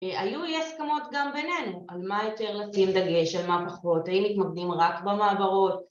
היו אי-הסכמות גם בינינו, על מה יותר לשים דגש, על מה פחות, האם מתמקדים רק במעברות